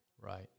Right